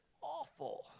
awful